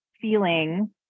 feeling